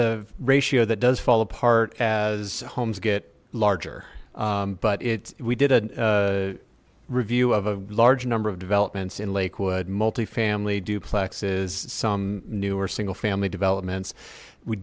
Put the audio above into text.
a ratio that does fall apart as homes get larger but it's we did a review of a large number of developments in lakewood multifamily duplexes some newer single family developments we